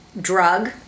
drug